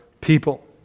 people